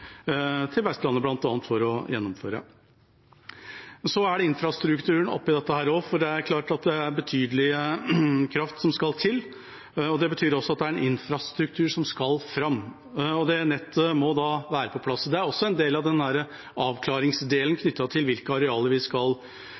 til Vestlandet bl.a. for å gjennomføre. Så er det infrastrukturen oppi dette, for det er klart at det er betydelig kraft som skal til. Det betyr også at det er en infrastruktur som skal fram. Og det nettet må da være på plass. Det er også en del av avklaringen knyttet til hvilke arealer vi skal